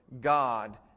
God